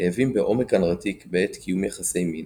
כאבים בעומק הנרתיק בעת קיום יחסי מין,